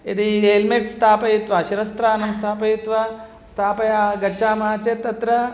यदि एल्मेट् स्थापयित्वा शिरस्त्राणं स्थापयित्वा स्थाप्य गच्छामः चेत् तत्र